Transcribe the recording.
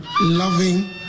loving